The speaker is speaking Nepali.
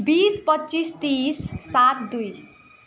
बिस पच्चिस तिस सात दुई